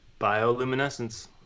Bioluminescence